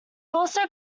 also